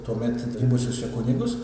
tuomet dirbusius čia kunigus